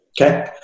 Okay